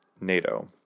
NATO